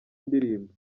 ndirimbo